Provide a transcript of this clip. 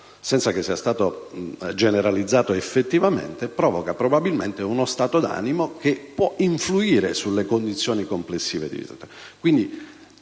senza che sia stato «generalizzato» effettivamente, ciò provoca probabilmente uno stato d'animo che può influire sulle condizioni complessive.